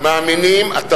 מאמינים בו,